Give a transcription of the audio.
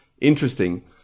interesting